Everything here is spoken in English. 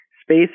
space